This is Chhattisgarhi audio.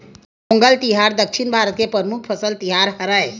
पोंगल तिहार दक्छिन भारत के परमुख फसल तिहार हरय